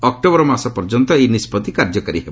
October ମାସ ପର୍ଯ୍ୟନ୍ତ ଏହି ନିଷ୍ପଭି କାର୍ଯ୍ୟକାରୀ ହେବ